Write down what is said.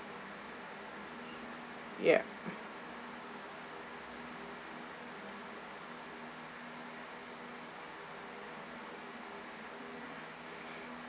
yup